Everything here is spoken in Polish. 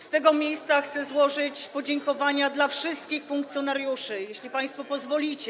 Z tego miejsca chcę złożyć podziękowania dla wszystkich funkcjonariuszy, jeśli państwo pozwolicie.